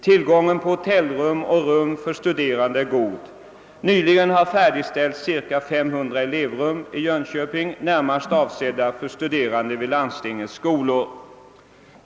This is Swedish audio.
Tillgången på hotellrum och rum för studerande är god. Nyligen har färdigställts cirka 500 elevrum i Jönköping närmast avsedda för studerande vid landstingets skolor.